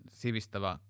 sivistävä